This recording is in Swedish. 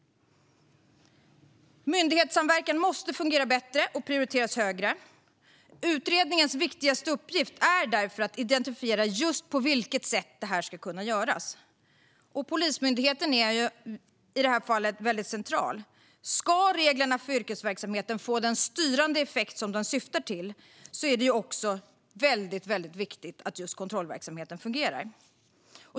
Myndighetssamverkan måste fungera bättre och prioriteras högre. Utredningens viktigaste uppgift är därför att identifiera på vilket sätt detta ska kunna göras. Polismyndigheten är i detta fall väldigt central. Ska reglerna för yrkesverksamheten få den styrande effekt som de syftar till är det väldigt viktigt att kontrollverksamheten fungerar.